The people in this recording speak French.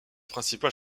principal